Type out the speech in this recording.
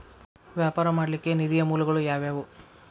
ವ್ಯಾಪಾರ ಮಾಡ್ಲಿಕ್ಕೆ ನಿಧಿಯ ಮೂಲಗಳು ಯಾವ್ಯಾವು?